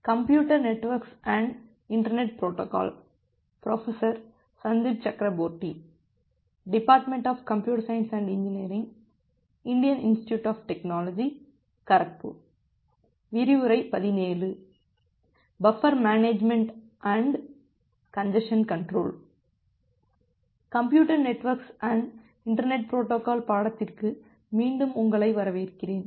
computer networks and internet protocol பாடத்திற்கு மீண்டும் உங்களை வரவேற்கிறேன்